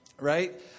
right